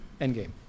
Endgame